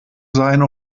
sein